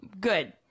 Good